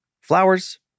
Flowers